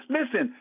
Listen